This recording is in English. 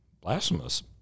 blasphemous